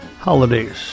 holidays